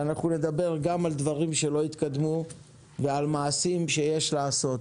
אנחנו נדבר גם על דברים שלא התקדמו ועל מעשים שיש לעשות.